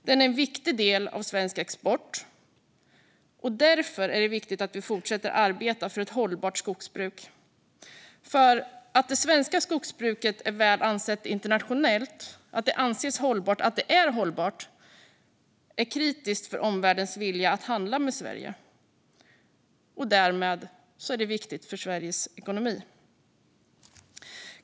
Den är en viktig del av svensk export. Därför är det viktigt att vi fortsätter arbeta för ett hållbart skogsbruk. Det svenska skogsbruket är väl ansett internationellt. Att det anses hållbart och är hållbart är kritiskt för omvärldens vilja att handla med Sverige. Därmed är det viktigt för svensk ekonomi.